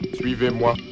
Suivez-moi